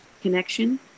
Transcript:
connection